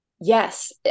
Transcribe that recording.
Yes